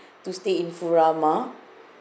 to stay in furama